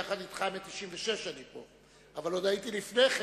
יחד אתך, מ-1996 אני פה, אבל הייתי עוד לפני כן,